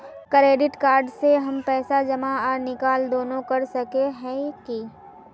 Credit card से हम पैसा जमा आर निकाल दोनों कर सके हिये की?